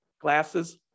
glasses